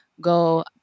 go